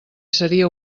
seria